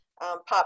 pop